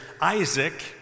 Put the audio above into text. Isaac